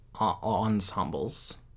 ensembles